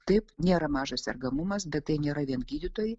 taip nėra mažas sergamumas bet tai nėra vien gydytojai